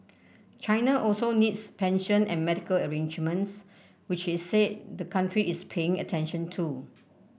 China also needs pension and medical arrangements which he said the country is paying attention to